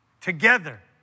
together